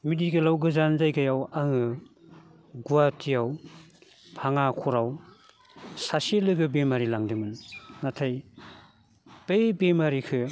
मेडिकेलाव गोजान जायगायाव आङो गुवाहाटियाव भाङाख'राव सासे लोगो बेमारि लांदोंमोन नाथाय बै बेमारिखो